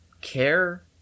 care